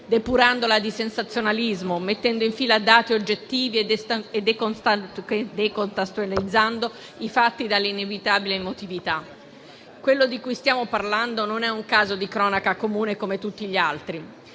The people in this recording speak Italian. depurandola dal sensazionalismo, mettendo in fila dati oggettivi e decontestualizzando i fatti rispetto all'inevitabile emotività. Quello di cui stiamo parlando non è un caso di cronaca comune come tutti gli altri